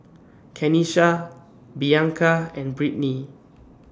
Kenisha Blanca and Brittnay